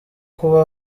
kuba